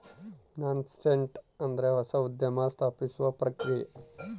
nascent ಅಂದ್ರೆ ಹೊಸ ಉದ್ಯಮ ಸ್ಥಾಪಿಸುವ ಪ್ರಕ್ರಿಯೆ